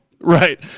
right